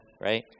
right